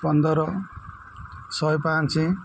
ପନ୍ଦର ଶହେପାଞ୍ଚ